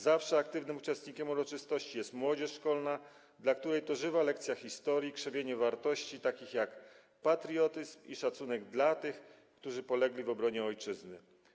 Zawsze aktywnym uczestnikiem uroczystości jest młodzież szkolna, dla której to żywa lekcja historii, krzewienie wartości takich jak patriotyzm i szacunek dla tych, którzy polegli w obronie ojczyzny.